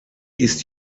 ist